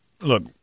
look